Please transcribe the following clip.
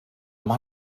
mar